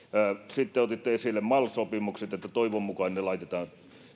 sitten otitte esille mal sopimukset että toivon mukaan ne laitetaan